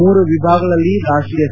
ಮೂರು ವಿಭಾಗಗಳಲ್ಲಿ ರಾಷ್ಷೀಯ ಸಿ